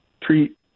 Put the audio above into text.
treat